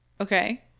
Okay